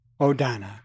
Odana